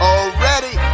already